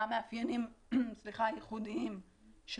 מה המאפיינים הייחודיים של